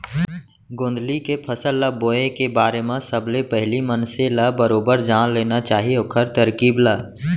गोंदली के फसल ल बोए के बारे म सबले पहिली मनसे ल बरोबर जान लेना चाही ओखर तरकीब ल